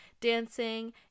dancing